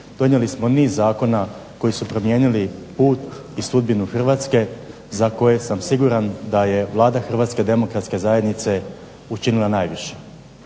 donijeli smo niz zakona koji su promijenili put i sudbinu Hrvatske za koje sam siguran da je Vlada Hrvatske demokratske zajednice učinila najviše.